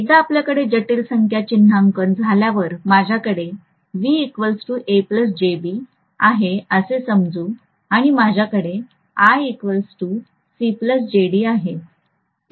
एकदा आपल्याकडे जटिल संख्या चिन्हांकन झाल्यावर माझ्याकडे v a jb आहे असे समजू आणि माझ्याकडे i c jd आहे